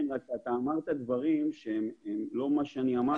אמרת דברים שהם לא מה שאמרתי.